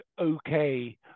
okay